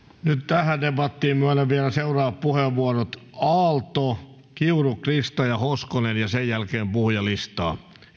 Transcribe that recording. tähän debattiin myönnän vielä seuraavat puheenvuorot aalto krista kiuru ja hoskonen sen jälkeen puhujalistaan